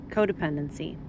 Codependency